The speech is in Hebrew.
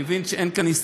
אני מבין שאין כאן ,